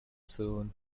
soon